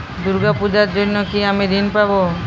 দুর্গা পুজোর জন্য কি আমি ঋণ পাবো?